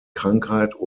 krankheit